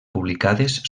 publicades